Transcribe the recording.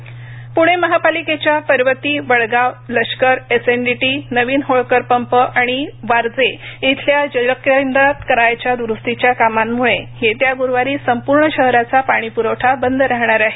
प्णे महापालिकेच्या पर्वती वडगाव लष्कर एसएनडीटी नवीन होळकर पंप आणि वारजे इथल्या जलकेंद्रात करायच्या दुरुस्तीच्या कामांमुळे येत्या गुरुवारी संपूर्ण शहराचा पाणीप्रवठा बंद राहणार आहे